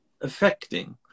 affecting